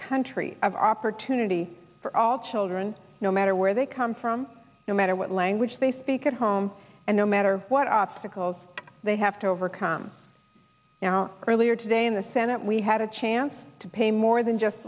country of opportunity for all children no matter where they come from no matter what language they speak at home and no matter what obstacles they have to overcome now earlier today in the senate we had a chance to pay more than just